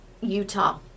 Utah